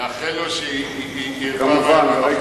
בריאות טובה.